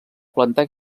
plantar